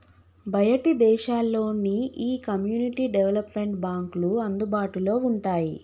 బయటి దేశాల్లో నీ ఈ కమ్యూనిటీ డెవలప్మెంట్ బాంక్లు అందుబాటులో వుంటాయి